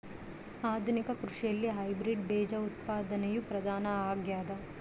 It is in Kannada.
ಆಧುನಿಕ ಕೃಷಿಯಲ್ಲಿ ಹೈಬ್ರಿಡ್ ಬೇಜ ಉತ್ಪಾದನೆಯು ಪ್ರಧಾನ ಆಗ್ಯದ